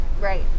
right